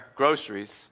groceries